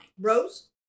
Rose